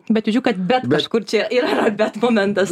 bet jaučiu kad bet kažkur čia yra bet momentas